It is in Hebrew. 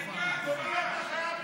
הייתה כבר הצבעה.